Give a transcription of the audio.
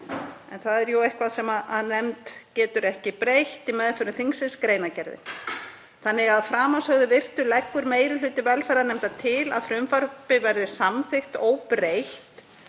en það er jú eitthvað sem nefnd getur ekki breytt í meðförum þingsins, greinargerðir. Að framansögðu virtu leggur meiri hluti velferðarnefndar til að frumvarpið verði samþykkt óbreytt